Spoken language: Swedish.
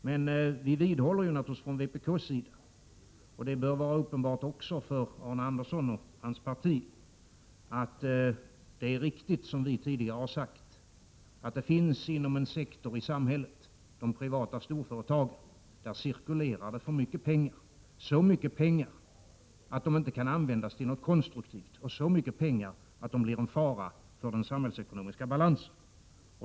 Men vi vidhåller naturligtvis från vpk:s sida — det bör vara uppenbart också för Arne Andersson och hans parti — att det är riktigt som vi tidigare har sagt att det finns en sektor i samhället, de privata storföretagen, där det cirkulerar för mycket pengar. Det är så mycket pengar att de inte kan användas till något konstruktivt, och så mycket pengar att de blir en fara för den samhällsekonomiska balansen.